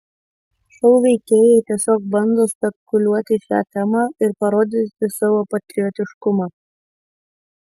šou veikėjai tiesiog bando spekuliuoti šia tema ir parodyti savo patriotiškumą